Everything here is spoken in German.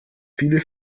viele